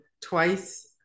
twice